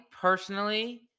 personally